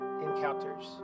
encounters